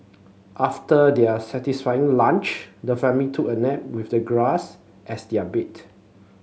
after their satisfying lunch the family took a nap with the grass as their bed